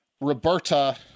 Roberta